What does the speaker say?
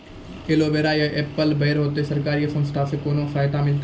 Aloe vera या apple बैर होते? सरकार या संस्था से कोनो सहायता मिलते?